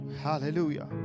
hallelujah